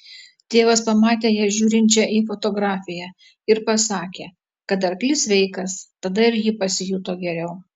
tėvas pamatė ją žiūrinčią į fotografiją ir pasakė kad arklys sveikas tada ir ji pasijuto geriau